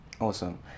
awesome